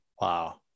Wow